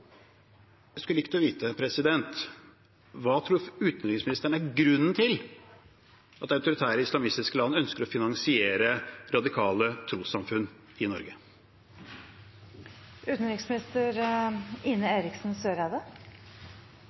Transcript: skulle likt å vite: Hva tror utenriksministeren er grunnen til at autoritære islamistiske land ønsker å finansiere radikale trossamfunn i Norge?